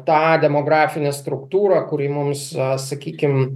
tą demografinę struktūrą kuri mums na sakykim